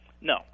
No